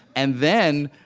and then,